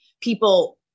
people